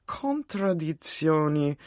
contraddizioni